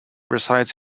resides